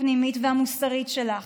הפנימית והמוסרית שלך.